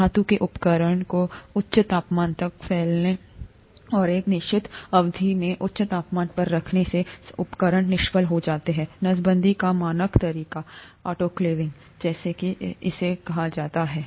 धातु के उपकरणों को उच्च तापमान तक फैलाने और एक निश्चित अवधि में उच्च तापमान पर रखने से उपकरण निष्फल हो जाते हैं नसबंदी का मानक तरीका आटोक्लेविंग जैसा कि इसे कहा जाता है